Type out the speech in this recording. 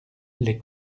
les